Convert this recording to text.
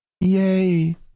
yay